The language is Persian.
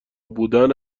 بودن